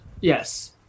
Yes